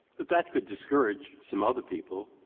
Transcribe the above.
that that could discourage some other people,